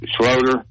Schroeder